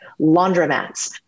laundromats